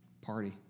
party